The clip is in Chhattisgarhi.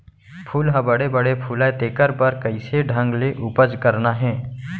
फूल ह बड़े बड़े फुलय तेकर बर कइसे ढंग ले उपज करना हे